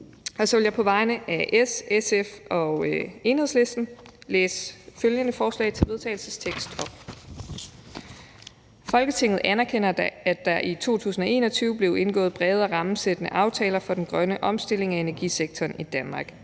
om. Så vil jeg på vegne af S, SF og Enhedslisten læse følgende forslag til vedtagelse op: Forslag til vedtagelse »Folketinget anerkender, at der i 2021 blev indgået brede og rammesættende aftaler for den grønne omstilling af energisektoren i Danmark.